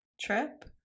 trip